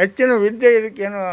ಹೆಚ್ಚಿನ ವಿದ್ಯೆ ಇದಕ್ಕೇನು